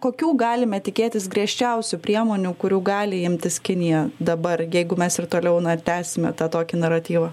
kokių galime tikėtis griežčiausių priemonių kurių gali imtis kinija dabar jeigu mes ir toliau na tęsime tą tokį naratyvą